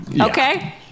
Okay